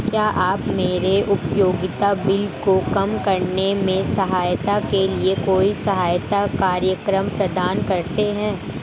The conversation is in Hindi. क्या आप मेरे उपयोगिता बिल को कम करने में सहायता के लिए कोई सहायता कार्यक्रम प्रदान करते हैं?